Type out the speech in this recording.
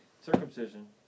circumcision